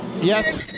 Yes